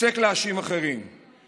הפסק להאשים אחרים,